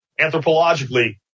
anthropologically